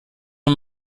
man